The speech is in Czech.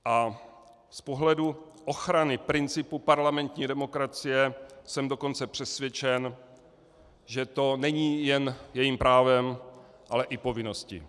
A z pohledu ochrany principu parlamentní demokracie jsem dokonce přesvědčen, že to není jen jejím právem, ale i povinností.